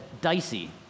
dicey